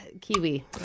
Kiwi